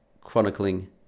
chronicling